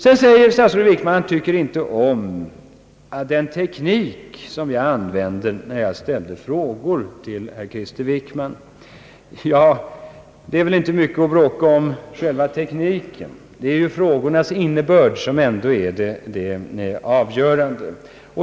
Statsrådet Wickman tycker inte om den teknik jag använder när jag ställer frågor till statsrådet. Själva tekniken är det väl inte mycket att bråka om. Frågornas innebörd är ju ändå det avgörande!